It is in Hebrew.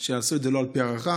שיעשו את זה לא על פי הערכה.